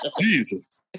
Jesus